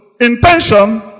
intention